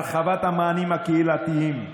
הרחבת המענים הקהילתיים,